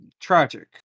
Tragic